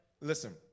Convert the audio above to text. listen